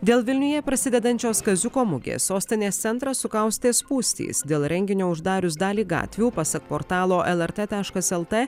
dėl vilniuje prasidedančios kaziuko mugės sostinės centrą sukaustė spūstys dėl renginio uždarius dalį gatvių pasak portalo lrt taškas lt